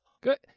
Good